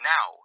Now